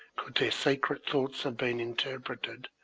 could their secret thoughts have been interpreted,